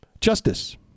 justice